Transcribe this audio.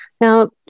Now